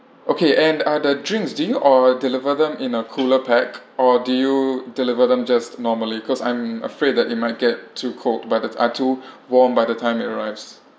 okay and uh the drinks do you uh deliver them in a cooler pack or do you deliver them just normally cause I'm afraid that it might get too cold by the ah too warm by the time it arrives